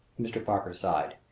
mr. parker sighed.